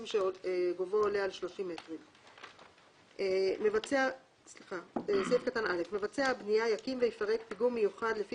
17א. (א)מבצע הבנייה יקים ויפרק פיגום מיוחד לפי